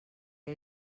que